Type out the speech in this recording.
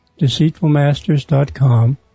DeceitfulMasters.com